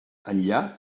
enllà